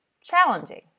challenging